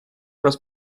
раз